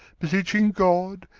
beseeching god,